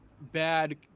bad